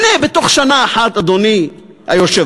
הנה, בתוך שנה אחת, אדוני היושב-ראש,